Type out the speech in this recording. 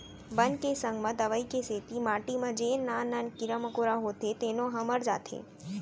बन के संग म दवई के सेती माटी म जेन नान नान कीरा मकोड़ा होथे तेनो ह मर जाथें